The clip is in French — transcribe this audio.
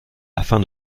afin